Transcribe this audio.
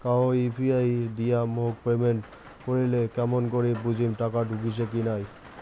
কাহো ইউ.পি.আই দিয়া মোক পেমেন্ট করিলে কেমন করি বুঝিম টাকা ঢুকিসে কি নাই?